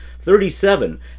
Thirty-seven